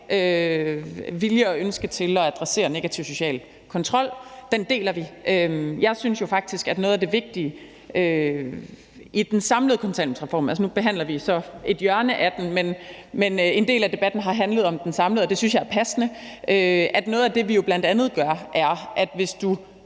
vilje og et ønske til at adressere negativ social kontrol. Det deler vi. Jeg synes jo faktisk, at noget af det vigtige i den samlede kontanthjælpsreform – nu behandler vi så et hjørne af den, men en del af debatten har handlet om den samlede reform, og det synes jeg er passende – er, at vi jo bl.a. sørger for, at der er